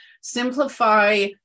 simplify